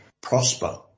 prosper